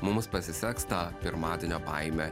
mums pasiseks tą pirmadienio baimę